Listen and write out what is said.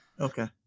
Okay